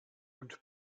und